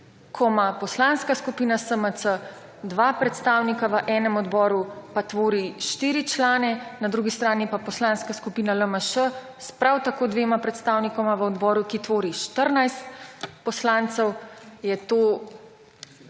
ko ima Poslanska skupina SMC dva predstavnika v enem odboru, pa tvori štiri člane, na drugi strani pa Poslanska skupina LMŠ s prav tako dvema predstavnikoma v odboru, ki tvori 14 poslancev, je to